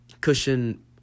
cushion